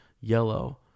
yellow